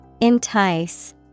Entice